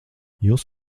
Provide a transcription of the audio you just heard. jūs